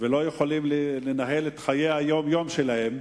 והם לא יכולים לנהל את חיי היום-יום שלהם,